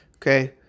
Okay